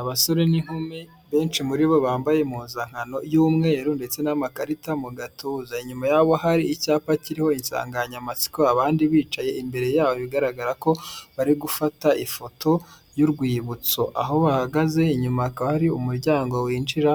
Abasore n'inkumi benshi muri bo bambaye impuzankano y'umweru ndetse n'amakarita mu gatuza, inyuma yaho hari icyapa kiriho insanganyamatsiko abandi bicaye imbere yabo bigaragara ko bari gufata ifoto y'urwibutso aho bahagaze inyuma hakaba ko hari umuryango winjira